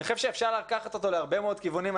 אני חושב שאפשר לקחת אותו להרבה מאוד כיוונים.